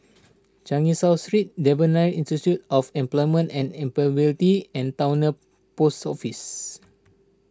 Changi South Street Devan Nair Institute of Employment and Employability and Towner Post Office